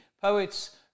Poets